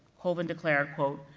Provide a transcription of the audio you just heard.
colvin declared, quote,